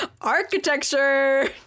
architecture